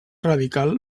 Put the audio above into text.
radical